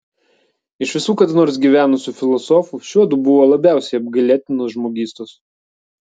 iš visų kada nors gyvenusių filosofų šiuodu buvo labiausiai apgailėtinos žmogystos